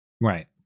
Right